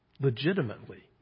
legitimately